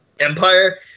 Empire